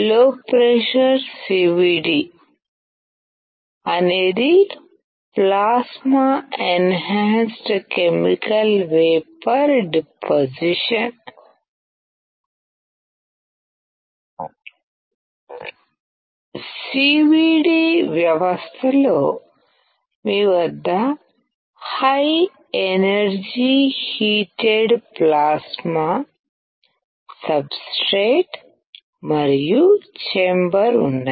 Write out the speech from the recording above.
low pressure CVD CVD అనేది plasma enhanced chemical vapour deposition CVD CVD వ్యవస్థలో మీ వద్ద high energy heated plasma substrate మరియు chamber ఉన్నాయి